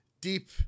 deep